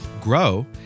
grow